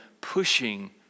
pushing